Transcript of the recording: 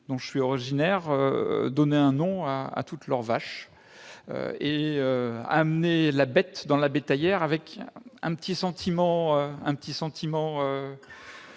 dont je suis originaire donnaient un nom à toutes leurs vaches. Ils amenaient la bête dans la bétaillère avec un sentiment